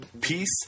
peace